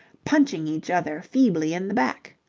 punching each other feebly in the back.